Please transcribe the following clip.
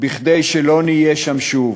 כדי שלא נהיה שם שוב.